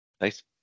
nice